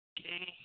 Okay